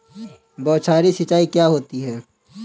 बौछारी सिंचाई क्या होती है?